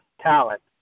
talent